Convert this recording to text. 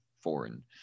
foreign